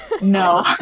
No